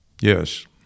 Yes